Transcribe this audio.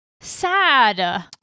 Sad